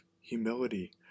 humility